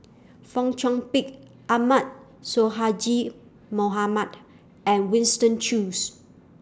Fong Chong Pik Ahmad Sonhadji Mohamad and Winston Choos